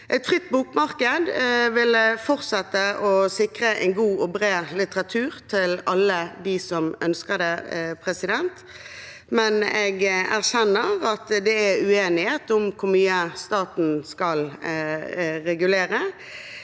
Et fritt bokmarked vil fortsette å sikre en god og bred litteratur til alle dem som ønsker det, men jeg erkjenner at det er uenighet om hvor mye staten skal regulere